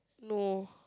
no